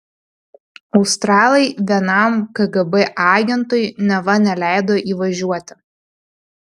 australai vienam kgb agentui neva neleido įvažiuoti